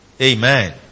Amen